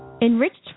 enriched